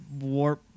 warp